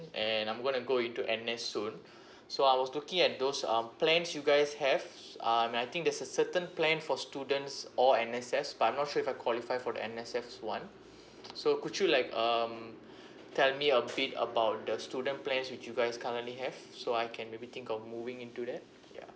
and I'm gonna go into N_S soon so I was looking at those um plans you guys have s~ uh and I think there's a certain plan for students or N_S_S but I'm not sure if I qualified for the N_S_S [one] so could you like um tell me a bit about the student plans which you guys currently have so I can maybe think of moving into that yeah